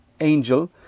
angel